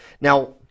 Now